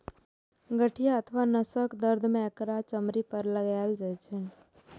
गठिया अथवा नसक दर्द मे एकरा चमड़ी पर लगाएल जाइ छै